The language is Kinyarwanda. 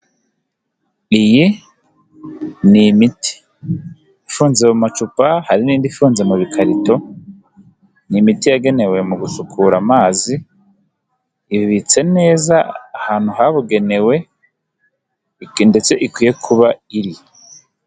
Iyi ni imiti ifunze mu macupa hari n'indi ifunze mukarito, ni imiti yagenewe mu gusukura amazi, ibitse neza ahantu habugenewe ndetse ikwiye kuba iri.